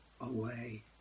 away